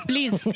Please